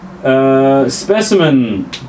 Specimen